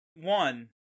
one